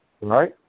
Right